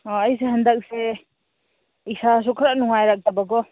ꯑꯥ ꯑꯩꯁꯦ ꯍꯟꯗꯛꯁꯦ ꯏꯁꯥꯁꯨ ꯈꯔ ꯅꯨꯡꯉꯥꯏꯔꯛꯇꯕꯀꯣ